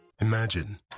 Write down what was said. Imagine